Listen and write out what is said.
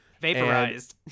Vaporized